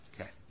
Okay